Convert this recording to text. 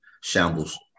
shambles